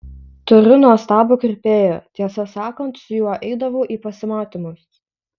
turiu nuostabų kirpėją tiesą sakant su juo eidavau į pasimatymus